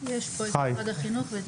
ולמשרד החינוך,